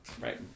Right